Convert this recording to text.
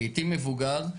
לעיתים מבוגר,